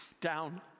down